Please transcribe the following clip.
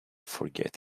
forget